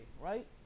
right